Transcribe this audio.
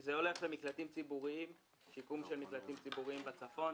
זה הולך לשיקום של מקלטים ציבוריים בצפון,